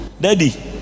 Daddy